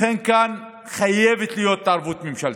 לכן כאן חייבת להיות התערבות ממשלתית.